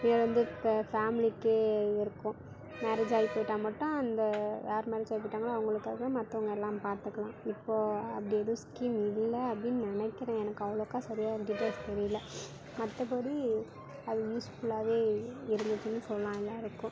இதில் வந்து இப்ப ஃபேம்லிக்கு இருக்கும் மேரேஜ் ஆகி போய்ட்டா மட்டும் அந்த வேற மேரேஜ் ஆகி போய்ட்டாங்கன்னா அவங்களுக்காக மற்றவங்க எல்லாம் பாத்துக்கலாம் இப்போது அது எதோ ஸ்கில் இல்லை அப்படினு நினைக்கிறேன் எனக்கு அவ்வளோக்கா சரியாக டீடைல்ஸ் தெரியல மற்றபடி அது யூஸ்ஃபுல்லாகவே இருந்துச்சுன்னு சொல்லாம் எல்லோருக்கும்